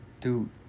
dude